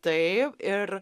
taip ir